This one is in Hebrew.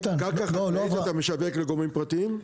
אתה משווק קרקע חקלאית לגורמים פרטיים?